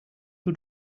who